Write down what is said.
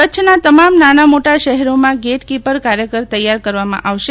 કચ્છના તમામ નાનામોટા શહેરોમાં ગેટકીપર કાર્યકર તૈયાર કરવામાં આવશે